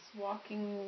walking